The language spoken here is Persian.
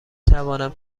توانم